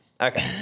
Okay